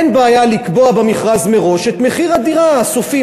אין בעיה לקבוע במכרז מראש את מחיר הדירה הסופי,